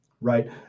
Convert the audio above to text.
right